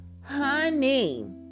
honey